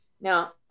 Now